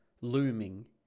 looming